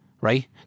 right